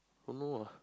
don't know ah